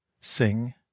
sing